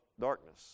darkness